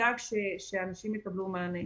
נדאג שאנשים יקבלו מענה.